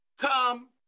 come